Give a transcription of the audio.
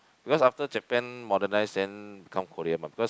because after Japan modernized then become Korea mah because